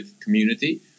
community